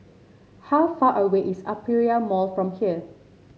how far away is Aperia Mall from here